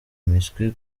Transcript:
miswi